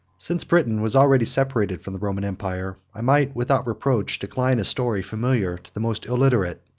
since britain was already separated from the roman empire, i might, without reproach, decline a story familiar to the most illiterate,